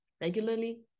regularly